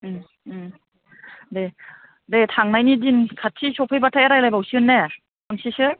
दे थांनायनि दिन खाथि सफैबाथाय रायज्लाय बावसिगोन ने खनसेसो